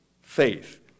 faith